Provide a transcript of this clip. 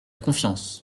confiance